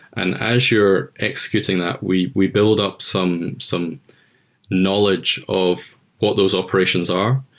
and as you're executing that, we we build up some some knowledge of what those operations are.